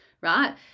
right